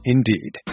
Indeed